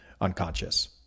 unconscious